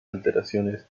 alteraciones